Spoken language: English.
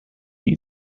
you